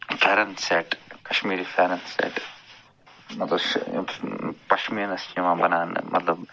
پھٮ۪رَن سٮ۪ٹ کَشمیٖری پھٮ۪رَن سٮ۪ٹ مطلب چھِ پشمیٖنَس چھِ یِوان بناونہٕ مطلب